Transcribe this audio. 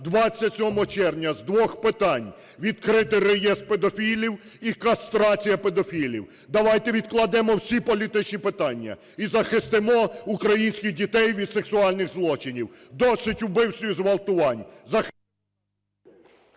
27 червня з двох питань: відкрити реєстр педофілів і кастрація педофілів. Давайте відкладемо всі політичні питання і захистимо українських дітей від сексуальних злочинів. Досить вбивств і зґвалтувань…